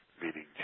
meaning